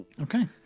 Okay